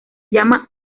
llama